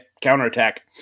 counterattack